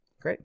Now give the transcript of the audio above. Great